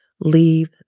leave